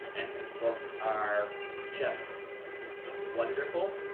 and whose books are just wonderful.